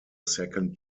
second